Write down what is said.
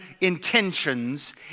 intentions